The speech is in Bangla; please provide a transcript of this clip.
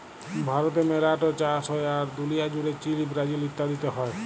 ভারতে মেলা ট চাষ হ্যয়, আর দুলিয়া জুড়ে চীল, ব্রাজিল ইত্যাদিতে হ্য়য়